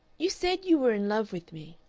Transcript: you said you were in love with me,